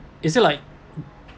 is it like